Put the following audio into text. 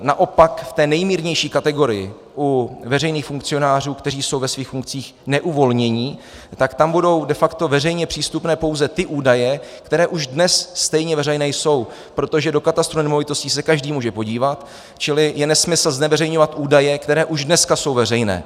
Naopak v té nejmírnější kategorii, u veřejných funkcionářů, kteří jsou ve svých funkcích neuvolnění, tak tam budou de facto veřejně přístupné pouze ty údaje, které už dnes stejně veřejné jsou, protože do katastru nemovitostí se každý může podívat, čili je nesmysl zneveřejňovat údaje, které už dnes jsou veřejné.